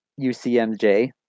UCMJ